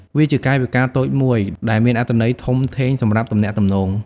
វាជាកាយវិការតូចមួយដែលមានអត្ថន័យធំធេងសម្រាប់ទំនាក់ទំនង។